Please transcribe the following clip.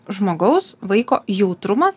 žmogaus vaiko jautrumas